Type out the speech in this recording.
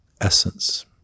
essence